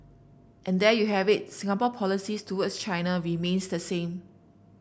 and there you have it Singapore policy towards China remains the same